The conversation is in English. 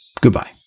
Goodbye